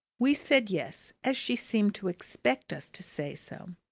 we said yes, as she seemed to expect us to say so.